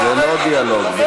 השטויות האלה, יואל.